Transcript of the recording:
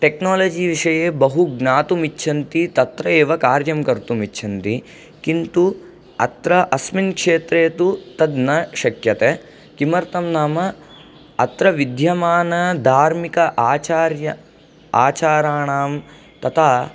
technology विषये बहु ज्ञातुम् इच्छन्ति तत्रैव कार्यं कर्तुम् इच्छन्ति किन्तु अत्र अस्मिन् क्षेत्रे तु तद् न शक्यते किमर्थं नाम अत्र विद्यमानधार्मिक आचार्य आचाराणां तथा